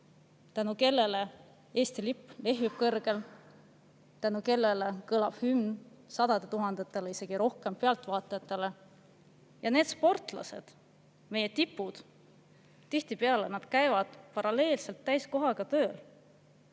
tänu kellele Eesti lipp lehvib kõrgel, tänu kellele kõlab hümn sadadele tuhandetele või isegi rohkematele pealtvaatajatele. Ja need sportlased, meie tipud, tihtipeale käivad paralleelselt täiskohaga tööl.